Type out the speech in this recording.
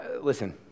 listen